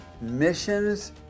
missions